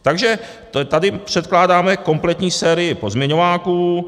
Takže tady předkládáme kompletní sérii pozměňováků.